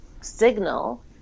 signal